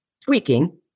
tweaking